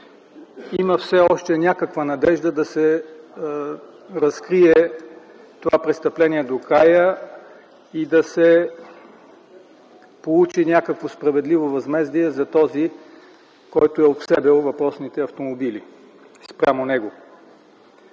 че все още има някаква надежда да се разкрие това престъпление докрай и да се получи някакво справедливо възмездие за този, който е обсебил въпросните автомобили спрямо него.